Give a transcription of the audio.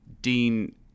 Dean